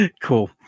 cool